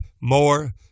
more